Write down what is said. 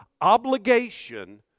obligation